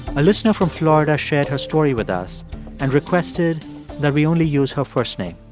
a listener from florida shared her story with us and requested that we only use her first name